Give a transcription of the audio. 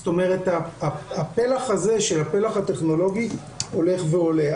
זאת אומרת, הפלח הטכנולוגי הולך ועולה.